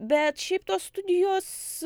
bet šiaip tos studijos